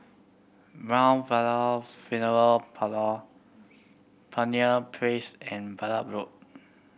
Mt Vernon Funeral Parlour Pioneer Place and Braddell Road